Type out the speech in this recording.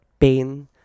pain